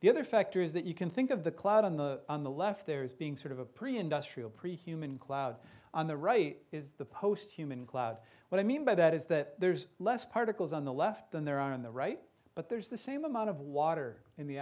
the other factor is that you can think of the cloud on the on the left there is being sort of a pre industrial pre human cloud on the right is the post human cloud what i mean by that is that there's less particles on the left than there are on the right but there's the same amount of water in the